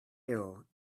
ill